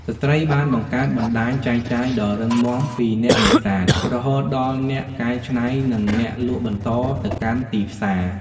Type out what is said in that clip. ស្ត្រីបានបង្កើតបណ្តាញចែកចាយដ៏រឹងមាំពីអ្នកនេសាទ រហូតដល់អ្នកកែច្នៃ និងអ្នកលក់បន្តទៅកាន់ទីផ្សារ។